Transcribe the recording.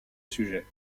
sujet